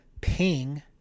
Ping